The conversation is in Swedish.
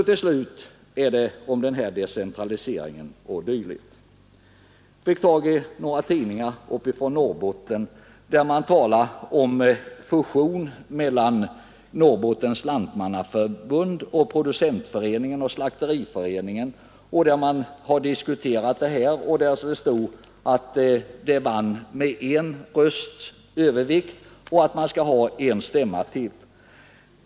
Till slut några ord om decentraliseringen. Jag fick tag i några tidningar från Norrbotten, där man diskuterar fusionen mellan Norrbottens lantmannaförbund, producentförening och slakteriföreningar. Det stod att förslaget vann med 1 rösts övervikt och att man skall hålla en stämma till.